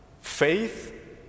Faith